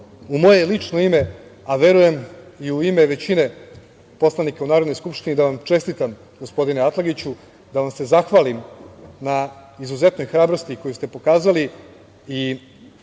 u moje lično ime, a verujem i u ime većine poslanika u Narodnoj skupštini, da vam čestitam, gospodine Atlagiću, da vam se zahvalim na izuzetnoj hrabrosti koju ste pokazali i